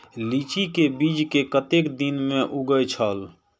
लीची के बीज कै कतेक दिन में उगे छल?